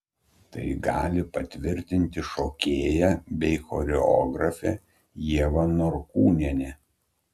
tai gali patvirtinti šokėja bei choreografė ieva norkūnienė